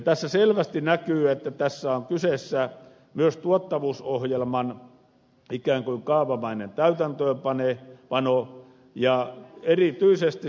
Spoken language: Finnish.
tässä selvästi näkyy että tässä on kyseessä myös tuottavuusohjelman ikään kuin kaavamainen täytäntöönpano